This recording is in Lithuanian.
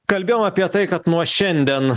kalbėjom apie tai kad nuo šiandien